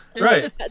right